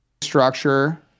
structure